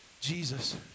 Jesus